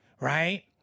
Right